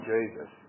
Jesus